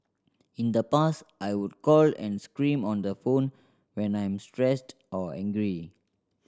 in the past I would call and scream on the phone when I'm stressed or angry